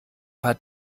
paar